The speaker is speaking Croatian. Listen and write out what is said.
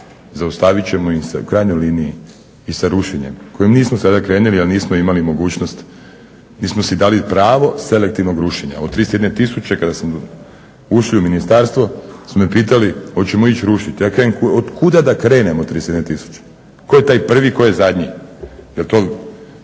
zaustavit će ih se u krajnjoj liniji i sa rušenjem s kojim nismo sada krenuli jer nismo imali mogućnost, nismo si dali pravo selektivnog rušenja od 31 tisuće. Kada smo ušli u Ministarstvo su me pitali hoćemo ići rušiti, ja kažem otkuda da krenem od 31 tisuće, tko je taj prvi, tko je zadnji, jer to